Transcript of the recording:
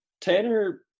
Tanner